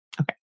Okay